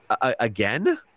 again